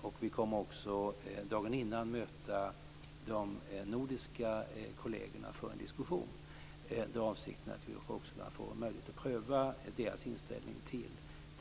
Dagen innan kommer vi också att möta de nordiska kollegerna för en diskussion där avsikten är att vi också skall få möjlighet att pröva deras inställning